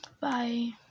Bye